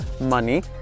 money